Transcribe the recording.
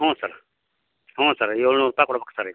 ಹ್ಞೂ ಸರ ಹ್ಞೂ ಸರ ಏಳ್ನೂರು ರೂಪಾಯಿ ಕೊಡ್ಬೇಕು ಸರ್ ಈಗ